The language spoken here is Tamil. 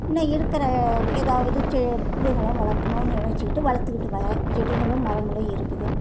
இன்னும் இருக்கிற ஏதாவது செ இதுங்க எல்லாம் வளர்க்கணும்னு நினச்சுக்கிட்டு வளர்த்துக்கிட்டு வரன் செடிங்களும் மரங்களும் இருக்குது